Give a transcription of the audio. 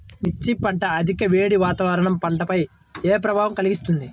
మిర్చి పంట అధిక వేడి వాతావరణం పంటపై ఏ ప్రభావం కలిగిస్తుంది?